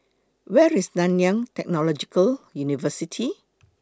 Where IS Nanyang Technological University